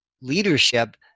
leadership